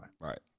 Right